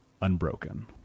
unbroken